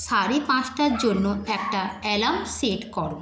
সাড়ে পাঁচটার জন্য একটা অ্যালার্ম সেট কর